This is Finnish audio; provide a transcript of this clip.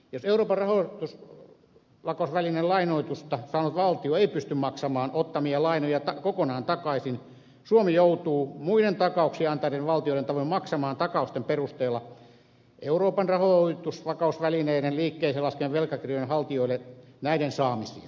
jos euroopan rahoitusvakausvälinelainoitusta saanut valtio ei pysty maksamaan ottamiaan lainoja kokonaan takaisin suomi joutuu muiden takauksia antaneiden valtioiden tavoin maksamaan takausten perusteella euroopan rahoitusvakausvälineen liikkeeseen laskemien velkakirjojen haltijoille näiden saamisia